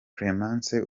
clemence